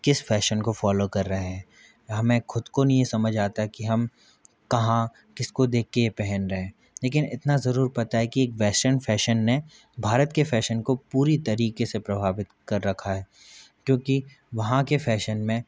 किस फैशन को फॉलो कर रहे हैं हमें ख़ुद को नहीं समझ आता है कि हम कहाँ किस को देख के ये पहन रहे हैं लेकिन इतना ज़रूर पता है कि वेसर्न फैशन ने भारत के फैशन को पूरी तरीक़े से प्रभावित कर रखा है क्योंकि वहाँ के फैशन में